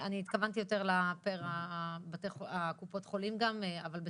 אני התכוונתי יותר לפי קופות חולים אבל אנחנו